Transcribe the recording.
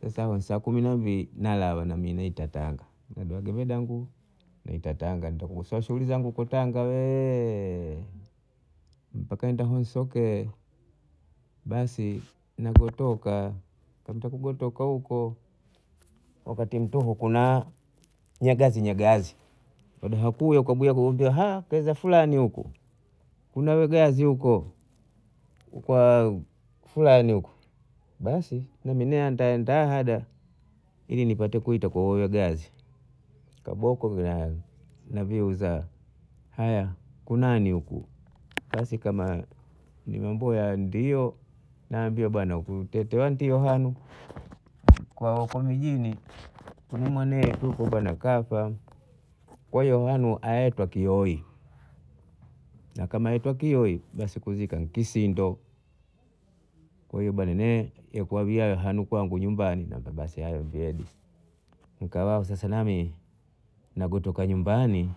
sasa saa kumi na mbili nalawa na mie naita tanga kuda naita tanga ntadasa shughuli zangu huko tanga wee mpaka ntaenda nsoke, basi nagotoka nagotoka huko wakati ntuhu kuna nyagazi nyagazi wada kue kawia kawia!! kaiza Fulani huku kuna wagazi huko kwa Fulani huko basi na mie ntahadaha ili nipate kuitwa kwa huyo gazi, ka boko nlaha na viuza haya kunani huku basi kama ni mambo ya ndiyo nawambia bwana nikutetea ndio wanu. Kwa huko mijini kuna mwanetu huko bwana kafa kwa hiyo hanu aetwa kioi na kama aitwa kioi basi kuzika ni kisindo kwa hiyo bwana nane kwa viayo nanu nyumbani namambia basi hayo ndeje nikahao basi nami nikatoka nyumbani